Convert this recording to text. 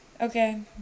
Okay